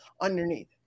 underneath